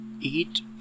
eat